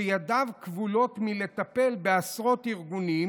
שידיו כבולות מלטפל בעשרות ארגונים